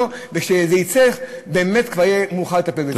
וכשזה יצא באמת כבר יהיה מאוחר לטפל בזה.